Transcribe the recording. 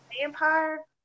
vampire